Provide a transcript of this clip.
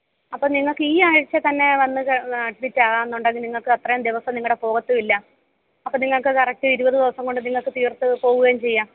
അപ്പോൾ നിങ്ങൾക്ക് ഈ ആഴ്ച തന്നെ വന്നു അഡ്മിറ്റ് ആകാമെന്നുണ്ടെങ്കിൽ നിങ്ങൾക്ക് അത്രയും ദിവസം നിങ്ങളുടെ പോകത്തും ഇല്ല അപ്പോൾ നിങ്ങൾക്ക് കറക്റ്റ് ഇരുപത് ദിവസം കൊണ്ട് നിങ്ങൾക്ക് തീർത്തു പോവുകയും ചെയ്യാം